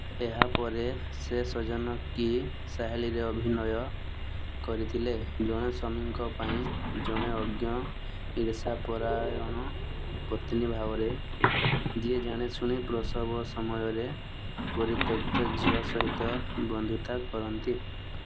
ଏହାପରେ ସେ ସଜନ କି ସାହେଲିରେ ଅଭିନୟ କରିଥିଲେ ଜଣେ ସ୍ୱାମୀଙ୍କ ପାଇଁ ଜଣେ ଅଜ୍ଞ ଈର୍ଷା ପରାୟଣ ପତ୍ନୀ ଭାବରେ ଯିଏ ଜାଣିଶୁଣି ପ୍ରସବ ସମୟରେ ପରିତ୍ୟକ୍ତ ଝିଅ ସହିତ ବନ୍ଧୁତା କରନ୍ତି